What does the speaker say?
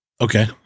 okay